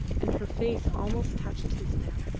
and her face almost touched his now.